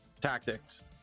tactics